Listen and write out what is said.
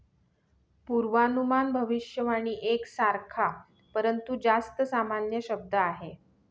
पूर्वानुमान भविष्यवाणी एक सारखा, परंतु जास्त सामान्य शब्द आहे